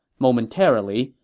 momentarily,